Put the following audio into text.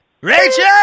Rachel